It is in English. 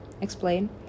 Explain